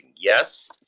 Yes